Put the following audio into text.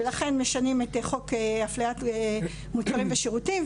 ולכן משנים את חוק הפליית מוצרים ושירותים,